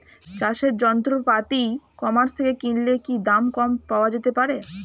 চাষের যন্ত্রপাতি e commerce থেকে কিনলে কি দাম কম পাওয়া যেতে পারে?